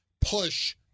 push